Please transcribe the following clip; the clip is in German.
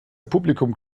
publikum